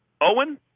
Owen